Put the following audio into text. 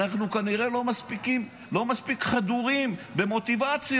אנחנו כנראה לא מספיק חדורי מוטיבציה.